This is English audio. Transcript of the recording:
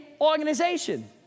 organization